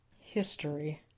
history